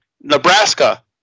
Nebraska